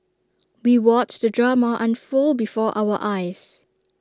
we watched the drama unfold before our eyes